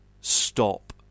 stop